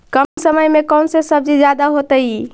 कम समय में कौन से सब्जी ज्यादा होतेई?